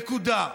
נקודה.